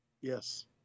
Yes